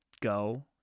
go